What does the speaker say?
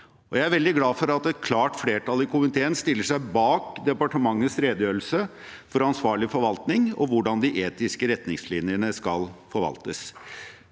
Jeg er veldig glad for at et klart flertall i komiteen stiller seg bak departementets redegjørelse for ansvarlig forvaltning og om hvordan de etiske retningslinjene skal forvaltes.